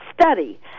study